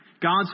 God's